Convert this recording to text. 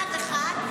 אחד-אחד,